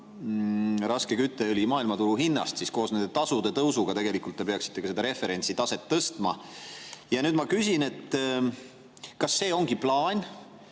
raske kütteõli maailmaturuhinnast, siis koos nende tasude tõusuga te peaksite tegelikult ka seda referentsitaset tõstma. Nüüd ma küsin: kas see ongi plaan,